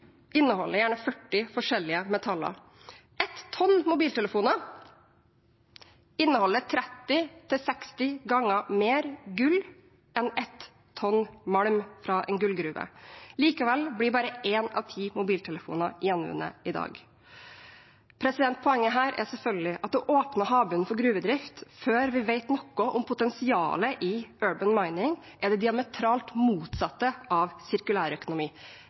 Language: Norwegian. inneholder gjerne 40 forskjellige metaller. Ett tonn mobiltelefoner inneholder 30–60 ganger mer gull enn ett tonn malm fra en gullgruve. Likevel blir bare én av ti mobiltelefoner gjenvunnet i dag. Poenget er selvfølgelig at å åpne havbunnen for gruvedrift før vi vet noe om potensialet i «urban mining», er det diametralt motsatte av sirkulær økonomi.